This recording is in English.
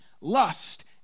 lust